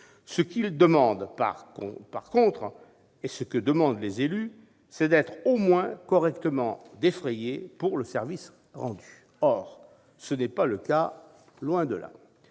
Ce qu'ils demandent, en revanche, soutenus en cela par les élus, c'est d'être au moins correctement défrayés pour le service rendu. Or ce n'est pas le cas, loin de là